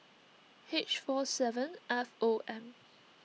H four seven F O M